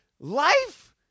life